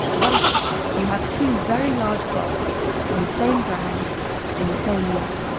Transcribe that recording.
thus you have two very large crops on the same ground in the same year.